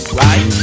right